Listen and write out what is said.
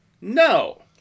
No